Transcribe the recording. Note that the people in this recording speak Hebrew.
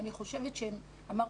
אבל אני חושבת כמוך,